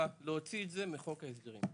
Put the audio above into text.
בקצרה, להוציא את זה מחוק ההסדרים.